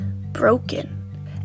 broken